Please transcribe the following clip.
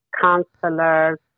counselors